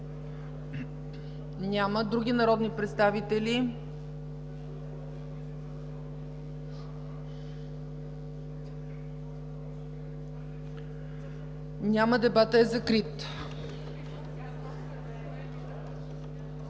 Няма. Други народни представители? Няма. Дебатът е закрит.